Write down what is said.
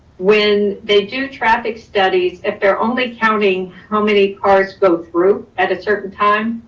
when they do traffic studies, if they're only counting how many cars go through at a certain time.